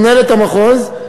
למנהלת המחוז,